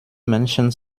menschen